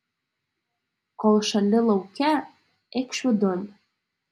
ko šąli lauke eikš vidun